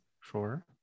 sure